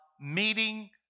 meeting